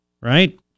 right